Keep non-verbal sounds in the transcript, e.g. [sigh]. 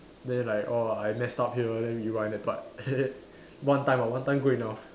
then like oh I messed up here then rewind that part [laughs] one time ah one time good enough